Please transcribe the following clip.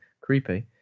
Creepy